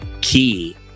key